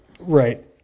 right